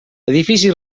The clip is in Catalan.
edifici